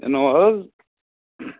Innova حظ